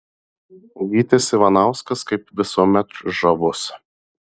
gytis ivanauskas kaip visuomet žavus